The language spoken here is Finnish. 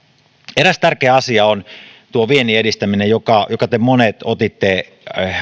eräs tärkeä asia on viennin edistäminen jonka asian te monet otitte